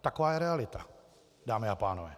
Taková je realita, dámy a pánové.